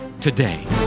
today